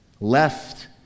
left